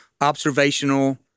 observational